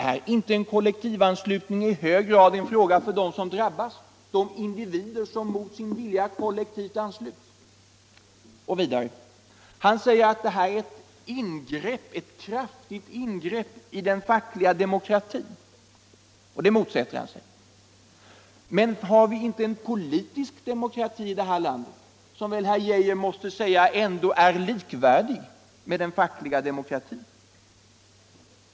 Är inte en kollektiv anslutning i hög grad en fråga för dem som drabbas, för de individer som mot sin vilja kollektivt ansluts? För det femte: Herr Geijer säger att ett förbud är ett kraftigt ingrepp i den fackliga demokratin, och det motsätter han sig. Men har vi inte en politisk demokrati här i landet som är likvärdig med den fackliga demokratin?